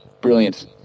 Brilliant